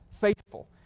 faithful